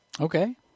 Okay